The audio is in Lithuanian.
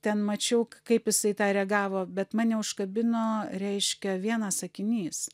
ten mačiau kaip jisai į tą reagavo bet mane užkabino reiškia vienas sakinys